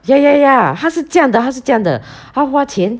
ya ya ya 她是这样的她是这样的她花钱